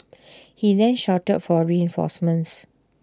he then shouted for reinforcements